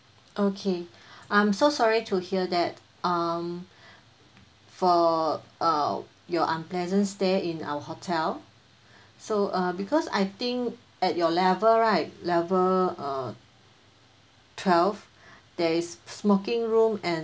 okay I'm so sorry to hear that um for uh your unpleasant stay in our hotel so uh because I think at your level right level uh twelve there is smoking room and